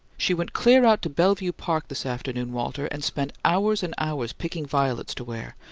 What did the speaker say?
she went clear out to belleview park this afternoon, walter, and spent hours and hours picking violets to wear.